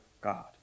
God